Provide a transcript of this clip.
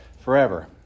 Forever